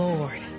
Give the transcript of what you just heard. Lord